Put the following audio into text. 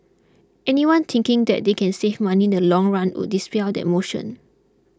anyone thinking that they can save money the long run would dispel that motion